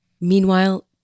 Meanwhile